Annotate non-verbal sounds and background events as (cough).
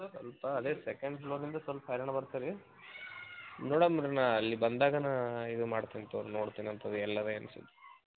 ಸ್ವಲ್ಪ ಅದೇ ಸೆಕೆಂಡ್ ಫ್ಲೋರಿಂದು ಸಲ್ಪ ಹೈರಾಣ ಬರತ್ತೆ ರೀ ನೋಡಣ್ ರೀ ನಾ ಅಲ್ಲಿ ಬಂದಾಗ ನಾ ಇದು ಮಾಡ್ತೀನಿ ತಗೊ ರಿ ನೋಡ್ತೀನಿ (unintelligible)